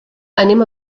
anem